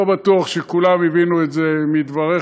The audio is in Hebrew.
לא בטוח שכולם הבינו את זה מדבריך,